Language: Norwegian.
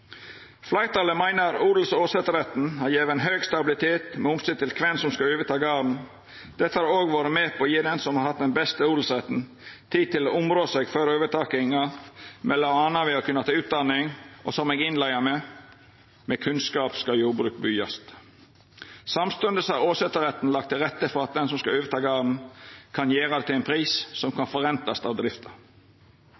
Fleirtalet meiner at odels- og åsetesretten har gjeve høg stabilitet med omsyn til kven som skal overta garden. Dette har òg vore med på å gje den som har hatt den beste odelsretten, tid til å områ seg før overtakinga, m.a. ved å kunna ta utdanning. Og som eg innleia med: Med kunnskap skal jordbruket byggjast. Samstundes har åsetesretten lagt til rette for at den som skal overta garden, kan gjera det til ein pris som